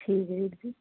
ਠੀਕ ਵੀਰ ਜੀ